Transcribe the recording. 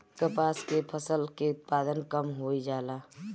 कपास के फसल के उत्पादन कम होइ जाला?